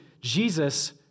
Jesus